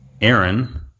Aaron